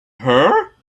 her